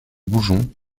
bonjon